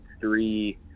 three